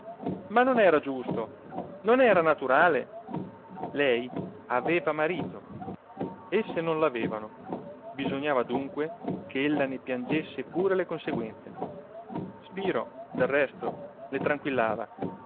ma non era giusto non era naturale lei aveva marito esse non l'avevano bisognava dunque ch'ella ne piangesse pure le conseguenze spiro del resto le